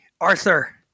Arthur